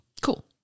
Cool